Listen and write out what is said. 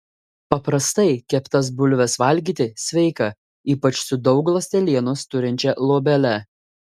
paprastai keptas bulves valgyti sveika ypač su daug ląstelienos turinčia luobele